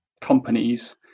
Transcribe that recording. companies